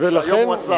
שהיום הוא השר.